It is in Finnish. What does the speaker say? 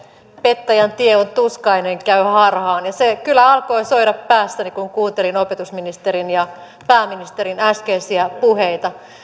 pettäjän tie on tuskainen käy harhaan ja se kyllä alkoi soida päässäni kun kuuntelin opetusministerin ja pääministerin äskeisiä puheita